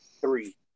Three